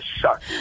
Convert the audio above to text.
suck